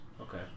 Okay